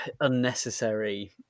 unnecessary